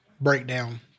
breakdown